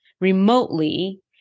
remotely